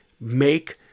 make